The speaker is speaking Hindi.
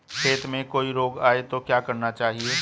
खेत में कोई रोग आये तो क्या करना चाहिए?